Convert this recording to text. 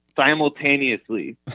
simultaneously